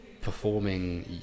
performing